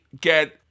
get